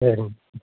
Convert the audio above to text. சரிங்க